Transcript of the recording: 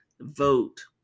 vote